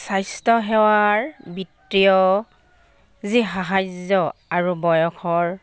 স্বাস্থ্যসেৱাৰ বিত্তীয় যি সাহাৰ্য্য আৰু বয়সৰ